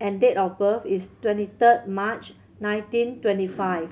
and date of birth is twenty third March nineteen twenty five